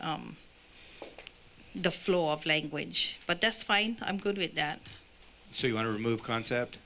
was the flow of language but that's fine i'm good with that so you want to remove concept